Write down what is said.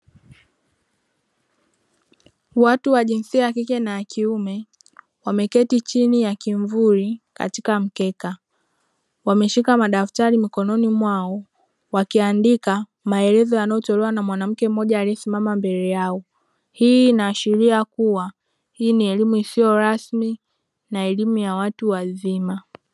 Watu wa jinsia ya kike na ya kiume wameketi chini ya kimvuli katika mkeka wameshika madaftari mikononi mwao wakiandika maelezo yanayotolewa na mwanamke mmoja aliyesimama mbele yao hii inaashiria kuwa hii ni elimu isiyo rasmi na elimu ya watu wazima.